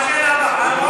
מה השאלה הבאה?